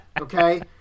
Okay